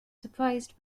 surprised